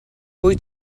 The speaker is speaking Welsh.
wyt